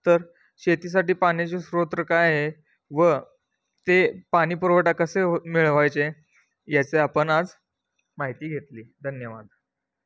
तर शेतीसाठी पाण्याची स्रोत काय व ते पाणी पुरवठा कसे हो मिळवायचे याचे आपण आज माहिती घेतली धन्यवाद